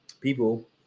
people